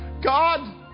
God